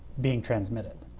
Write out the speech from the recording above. being transmitted.